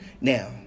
Now